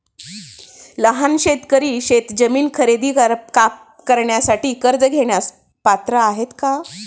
लहान शेतकरी शेतजमीन खरेदी करण्यासाठी कर्ज घेण्यास पात्र आहेत का?